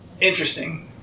interesting